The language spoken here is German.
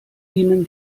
ihnen